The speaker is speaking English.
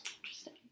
Interesting